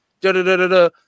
Da-da-da-da-da